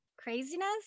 craziness